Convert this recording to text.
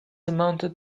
amounted